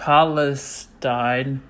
Palestine